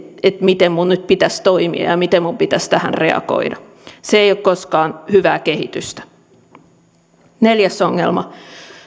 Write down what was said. miten minun nyt pitäisi toimia ja ja miten minun pitäisi tähän reagoida se ei ole koskaan hyvää kehitystä neljäs ongelma